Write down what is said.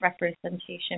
representation